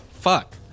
Fuck